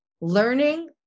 learning